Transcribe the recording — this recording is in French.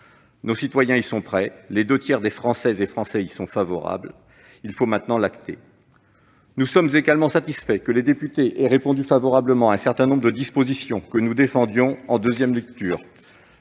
Nos citoyens y sont prêts : les deux tiers des Françaises et des Français y sont favorables. Il faut maintenant l'acter. Nous sommes également satisfaits que les députés aient répondu favorablement à un certain nombre de dispositions que nous défendions en deuxième lecture,